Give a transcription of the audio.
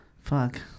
Fuck